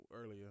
earlier